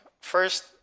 first